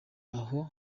aho